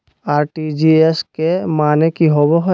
RTGS के माने की होबो है?